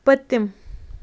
پٔتِم